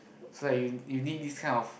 so that you you need this kind of